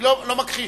גם המתקפה